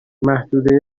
محدود